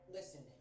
Listen